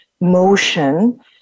motion